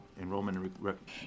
enrollment